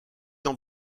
dans